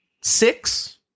six